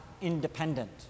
independent